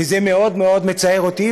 וזה מאוד מאוד מצער אותי.